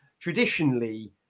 traditionally